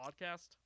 podcast